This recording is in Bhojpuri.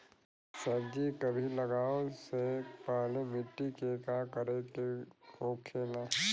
सब्जी कभी लगाओ से पहले मिट्टी के का करे के होखे ला?